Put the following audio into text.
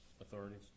authorities